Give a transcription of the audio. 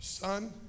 Son